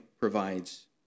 provides